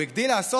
הוא הגדיל לעשות,